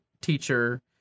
teacher